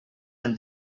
and